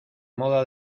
moda